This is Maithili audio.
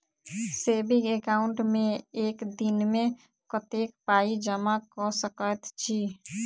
सेविंग एकाउन्ट मे एक दिनमे कतेक पाई जमा कऽ सकैत छी?